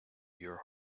your